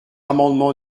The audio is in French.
amendement